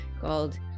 called